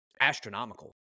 astronomical